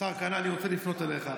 השר כהנא, אני רוצה לפנות אליך.